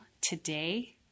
today